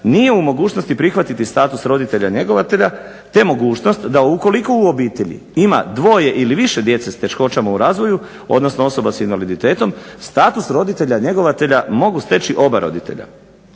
nije u mogućnosti prihvatiti status roditelja-njegovatelja, te mogućnost da ukoliko u obitelji ima dvoje ili više djece s teškoćama u razvoju odnosno osoba sa invaliditetom status roditelja-njegovatelja mogu steći oba roditelja.